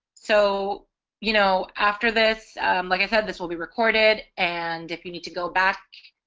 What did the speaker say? so you know after this like i said this will be recorded and if you need to go back